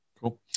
Cool